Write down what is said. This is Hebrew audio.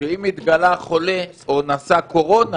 שאם התגלה חולה או נשא קורונה,